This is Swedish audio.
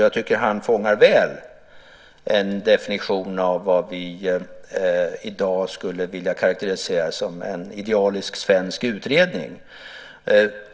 Jag tycker att han väl fångar en definition av vad vi i dag skulle vilja karakterisera som en idealisk svensk utredning.